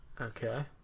Okay